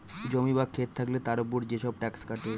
জমি বা খেত থাকলে তার উপর যেসব ট্যাক্স কাটে